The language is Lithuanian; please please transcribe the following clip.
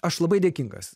aš labai dėkingas